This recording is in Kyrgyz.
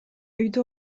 үйдө